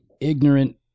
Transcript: ignorant